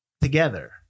together